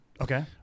Okay